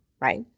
right